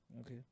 okay